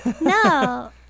No